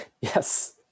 Yes